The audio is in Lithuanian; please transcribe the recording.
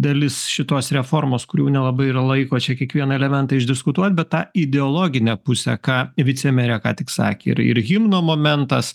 dalis šitos reformos kurių nelabai yra laiko čia kiekvieną elementą išdiskutuot bet tą ideologinę pusę ką vicemerė ką tik sakė ir ir himno momentas